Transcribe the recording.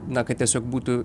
na kad tiesiog būtų